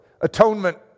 Atonement